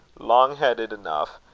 long-headed enough,